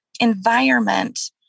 environment